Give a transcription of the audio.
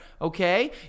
okay